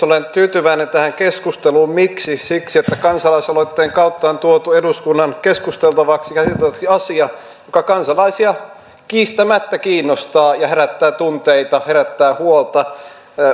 olen tyytyväinen tähän keskusteluun miksi siksi että kansalaisaloitteen kautta on tuotu eduskunnan keskusteltavaksi ja käsiteltäväksi asia joka kansalaisia kiistämättä kiinnostaa ja herättää tunteita herättää huolta